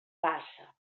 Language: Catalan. passa